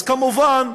אז כמובן,